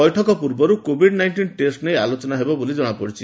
ବୈଠକ ପୂର୍ବରୁ କୋଭିଡ ନାଇଛନ୍ ଟେଷ୍ ନେଇ ଆଲୋଚନା ହେବ ବୋଲି ଜଣାପଡିଛି